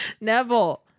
Neville